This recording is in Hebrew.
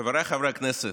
חבריי חברי הכנסת,